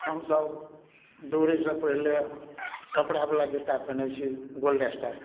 हमसब दौड़यसँ पहिले कपड़ावला जूता पहिनइ छी गोल्ड स्टारके